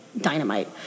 Dynamite